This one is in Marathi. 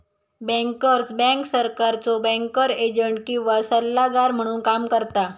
बँकर्स बँक सरकारचो बँकर एजंट किंवा सल्लागार म्हणून काम करता